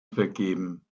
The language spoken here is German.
vergeben